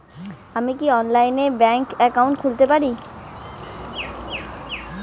আমি কি অনলাইনে ব্যাংক একাউন্ট খুলতে পারি?